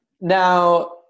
Now